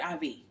IV